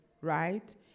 right